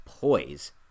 poise